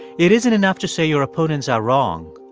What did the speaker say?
it isn't enough to say your opponents are wrong.